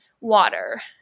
water